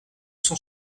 cent